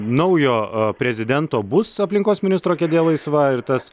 naujo prezidento bus aplinkos ministro kėdė laisva ir tas